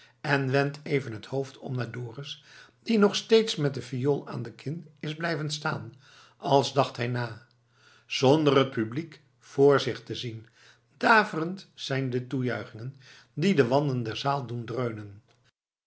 en wendt even het hoofd om naar dorus die nog steeds met de viool aan de kin is blijven staan als dacht hij na zonder het publiek vr zich te zien daverend zijn de toejuichingen die de wanden der zaal doen dreunen